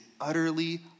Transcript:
utterly